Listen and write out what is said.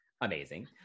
Amazing